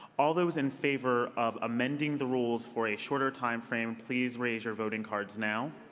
all those in favor of amending the rules for a shorter time frame, please raise your voting cards now.